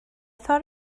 thought